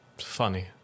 funny